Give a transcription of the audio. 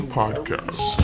podcast